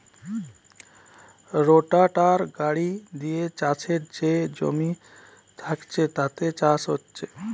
রোটাটার গাড়ি দিয়ে চাষের যে জমি থাকছে তাতে চাষ হচ্ছে